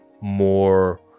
more